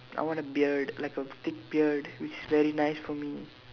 I want a beard like a thick beard which is very nice for me